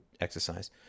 exercise